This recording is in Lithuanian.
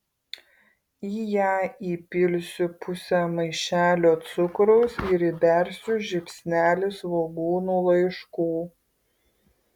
į ją įpilsiu pusę maišelio cukraus ir įbersiu žiupsnelį svogūnų laiškų